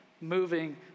moving